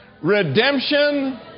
redemption